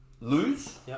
lose